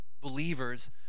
believers